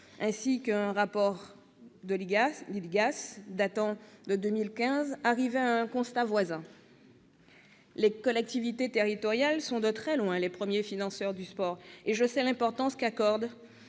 ainsi qu'un rapport de l'IGAS datant de 2015 arrivaient à un constat voisin. Les collectivités territoriales sont de très loin les premiers financeurs du sport ; je sais l'importance qu'accordent